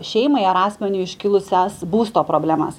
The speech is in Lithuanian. šeimai ar asmeniui iškilusias būsto problemas